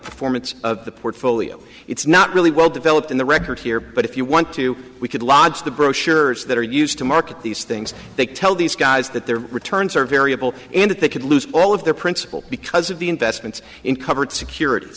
performance of the portfolio it's not really well developed in the record here but if you want to we could lodge the brochures that are used to market these things they tell these guys that their returns are variable and they could lose all of their principal because of the investments in covered securit